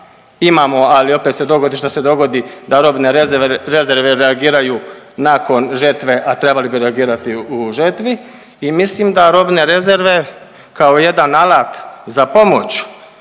imamo, ali opet se dogodi šta se dogodi da robne rezerve reagiraju nakon žetve, a trebali bi reagirati u žetvi i mislim da robne rezerve kao jedan alat za pomoć